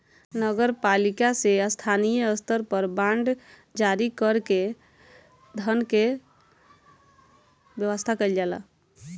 नगर पालिका से स्थानीय स्तर पर बांड जारी कर के धन के व्यवस्था कईल जाला